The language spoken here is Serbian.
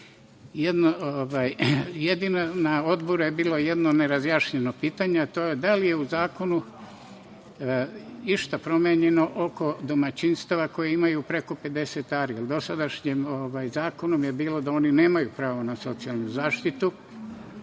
Odboru je bilo jedno nerazjašnjeno pitanje, a to je – da li je u zakonu išta promenjeno oko domaćinstava koja imaju preko 50 ari? Jer dosadašnjim zakonom je bilo da oni nemaju pravo na socijalnu zaštitu